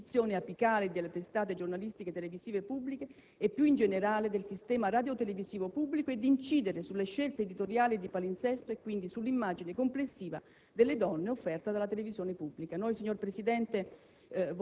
posizioni apicali delle testate giornalistiche televisive pubbliche, e più in generale del sistema radiotelevisivo pubblico, e di incidere sulle scelte editoriali e di palinsesto e quindi sull'immagine complessiva delle donne offerta dalla televisione pubblica. Noi, signor Presidente,